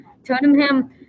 Tottenham